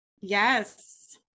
Yes